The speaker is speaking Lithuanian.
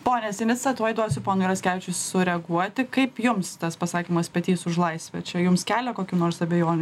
pone sinica tuoj duosiu ponui raskevičius sureaguoti kaip jums tas pasakymas petys už laisvę čia jums kelia kokių nors abejonių